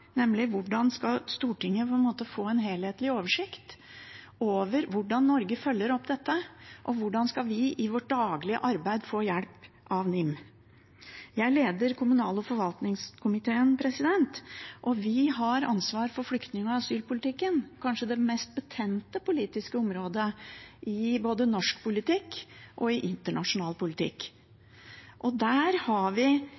på, nemlig: Hvordan skal Stortinget få en helhetlig oversikt over hvordan Norge følger opp dette, og hvordan skal vi i vårt daglige arbeid få hjelp av NIM? Jeg leder kommunal- og forvaltningskomiteen, og vi har ansvar for flyktning- og asylpolitikken, kanskje det mest betente politiske området i både norsk og internasjonal politikk. Der har vi